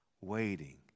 waiting